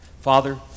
Father